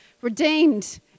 redeemed